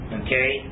okay